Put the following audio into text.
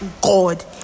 god